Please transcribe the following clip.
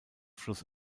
fluss